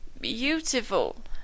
Beautiful